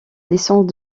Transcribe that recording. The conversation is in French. licence